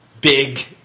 big